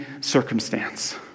circumstance